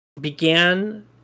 began